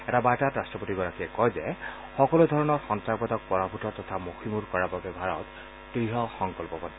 এটা বাৰ্তাত ৰাট্টপতিগৰাকীয়ে কয় যে সকলোধৰণৰ সন্ত্ৰাসবাদক পৰাভূত তথা মষিমূৰ কৰাৰ বাবে ভাৰত দৃঢ় সংকল্পবদ্ধ